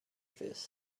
this